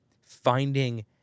finding